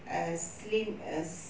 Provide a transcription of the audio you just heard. err slim as